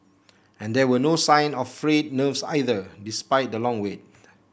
and there were no sign of frayed nerves either despite the long wait